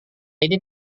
ini